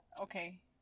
Okay